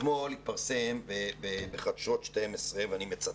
אתמול התפרסם בחדשות 12, ואני מצטט: